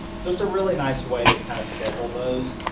so it's a really nice way to kind of schedule those.